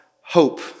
hope